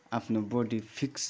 आफ्नो body fit